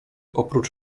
oprócz